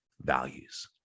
values